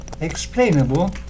explainable